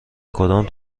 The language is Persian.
کدام